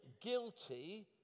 guilty